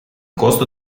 costo